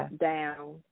down